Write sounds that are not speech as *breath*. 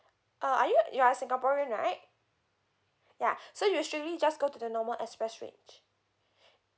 uh are you you are singaporean right ya *breath* so usually just go to the normal express range *breath*